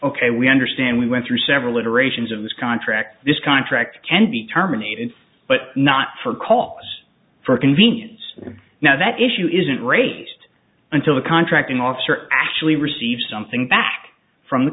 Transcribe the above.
ok we understand we went through several iterations of this contract this contract can be terminated but not for call for convenience now that issue isn't raised until the contracting officer actually received something back from the